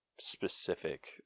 specific